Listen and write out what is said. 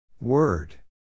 Word